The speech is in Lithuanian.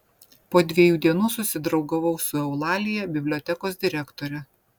po dviejų dienų susidraugavau su eulalija bibliotekos direktore